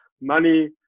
money